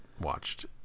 watched